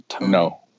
No